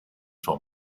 from